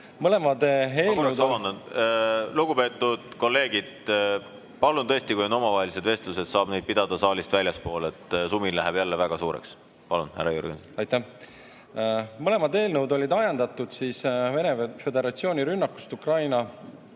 Mõlemad eelnõud olid ajendatud Vene Föderatsiooni rünnakust Ukraina